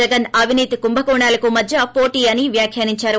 జగన్ అవినీతి కుంభకోణాలకు మధ్య పోటీ అని వ్యాఖ్యానించారు